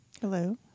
hello